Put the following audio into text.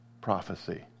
prophecy